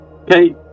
okay